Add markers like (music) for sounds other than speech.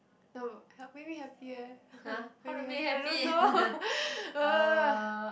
no make me happy eh (laughs) make me hap~ I don't know (laughs) !ugh!